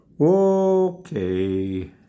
Okay